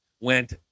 went